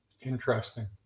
Interesting